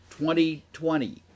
2020